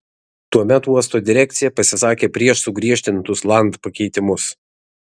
tuomet uosto direkcija pasisakė prieš sugriežtintus land pakeitimus